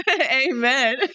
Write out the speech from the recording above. Amen